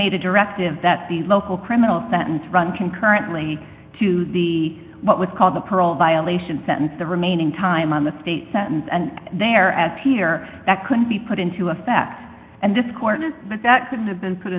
made a directive that the local criminal sentence run concurrently to the what was called the parole violation sentence the remaining time on the state sentence and there as here that could be put into effect and discordant but that could have been put